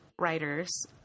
writers